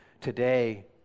today